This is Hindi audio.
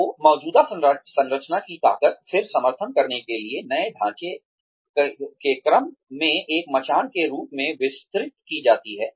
तो मौजूदा संरचना की ताकत फिर समर्थन करने के लिए नए ढांचे के क्रम में एक मचान के रूप में विस्तारित की जाती है